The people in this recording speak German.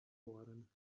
worden